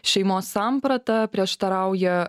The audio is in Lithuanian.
šeimos samprata prieštarauja